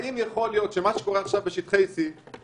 האם יכול להיות שמה שקורה עכשיו בשטחי C זה